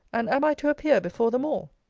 and am i to appear before them all?